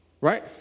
right